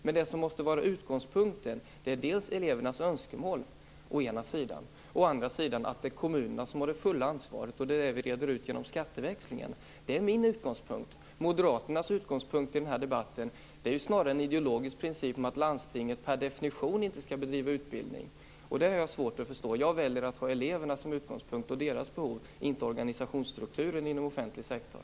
Men det som måste vara utgångspunkten är elevernas önskemål och att det är kommunerna som har det fulla ansvaret, och det är där som skatteväxlingen kommer in. Det är min utgångspunkt. Moderaternas utgångspunkt i denna debatt är snarare en ideologisk princip om att landstingen per definition inte skall bedriva utbildning, vilket jag har svårt att förstå. Jag väljer att ha eleverna och deras behov som utgångspunkt, inte organisationsstrukturen inom offentlig sektor.